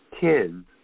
kids